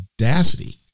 audacity